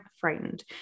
frightened